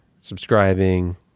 subscribing